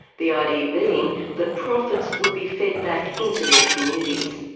the idea being that profits would be fed back into their communities.